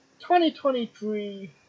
2023